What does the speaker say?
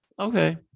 okay